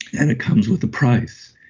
and it comes with a price.